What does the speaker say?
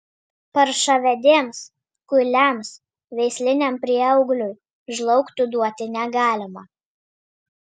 paršavedėms kuiliams veisliniam prieaugliui žlaugtų duoti negalima